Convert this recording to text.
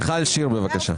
מיכל שיר, בבקשה.